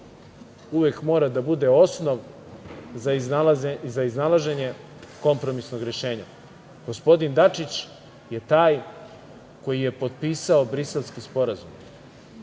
uvek mora da bude osnov za iznalaženje kompromisnog rešenja. Gospodin Dačić je taj koji je potpisao Briselski sporazum.